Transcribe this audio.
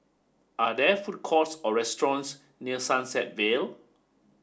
are there food courts or restaurants near Sunset Vale